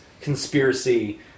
conspiracy